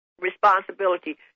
responsibility